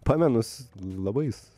pamenus labais